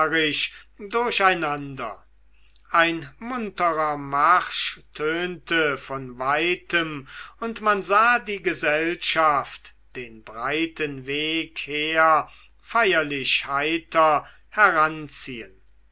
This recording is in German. durcheinander ein munterer marsch tönte von weitem und man sah die gesellschaft den breiten weg her feierlich heiter heranziehen